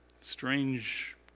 strange